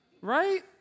right